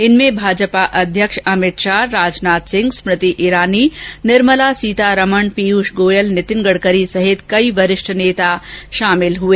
इनमें भाजपा अध्यक्ष अमित शाह राजनाथ सिंह स्मृति ईरानी निर्मला सीतारमण पीयूष गोयल नितिन गडकरी सहित कई वरिष्ठ नेता शामिल हुए